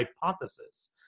hypothesis